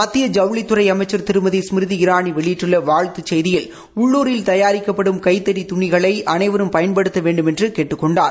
மத்திய ஜவுளித்துறை அமைச்ச் திருமதி ஸ்மிருதி இரானி வெளியிட்டுள்ள வாழ்த்துச் செய்தியில் உள்ளுரில் தயாரிக்கப்படும் கைத்தறி துணிகளை அனைவரும் பயன்படுத்த வேண்டுமென்று கேட்டுக் கொண்டார்